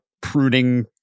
pruning